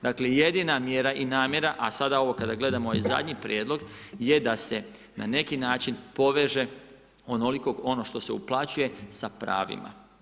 Dakle jedina mjera i namjera, a sada ovo kada gledamo, ovaj zadnji prijedlog, je da se n e neki način poveže onoliko ono što se uplaćuje sa pravima.